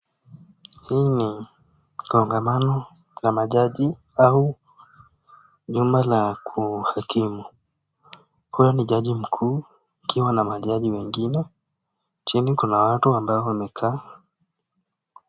Hii ni kongamano la majaji au nyumba la kuhakimu. Nyuma ni jaji mkuu akiwa na majaji wengine. Chini kuna watu ambao wamekaa.